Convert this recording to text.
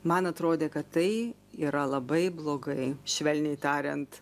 man atrodė kad tai yra labai blogai švelniai tariant